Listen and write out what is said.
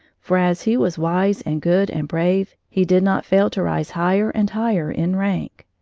for as he was wise and good and brave, he did not fail to rise higher and higher in rank.